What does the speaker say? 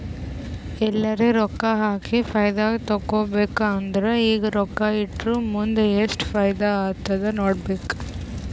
ಎಲ್ಲರೆ ರೊಕ್ಕಾ ಹಾಕಿ ಫೈದಾ ತೆಕ್ಕೋಬೇಕ್ ಅಂದುರ್ ಈಗ ರೊಕ್ಕಾ ಇಟ್ಟುರ್ ಮುಂದ್ ಎಸ್ಟ್ ಫೈದಾ ಆತ್ತುದ್ ನೋಡ್ಬೇಕ್